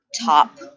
top